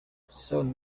christiano